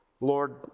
Lord